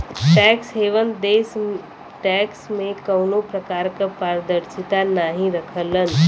tax haven देश tax में कउनो प्रकार क पारदर्शिता नाहीं रखलन